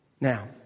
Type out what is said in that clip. Now